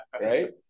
Right